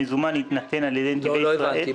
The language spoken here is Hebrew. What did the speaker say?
הבנתי.